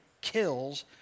kills